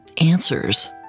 answers